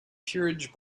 peerage